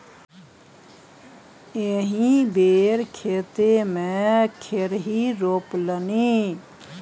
एहि बेर खेते मे खेरही रोपलनि